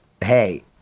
hey